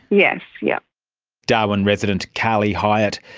yes. yeah darwin resident karli hyatt.